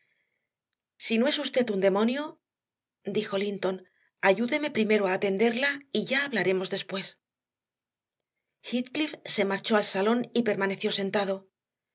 si no es usted un demonio dijo linton ayúdeme primero a atenderla y ya hablaremos después heathcliff se marchó al salón y permaneció sentado